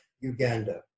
Uganda